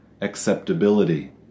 acceptability